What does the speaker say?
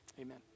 amen